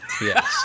Yes